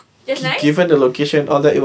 just nice